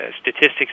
Statistics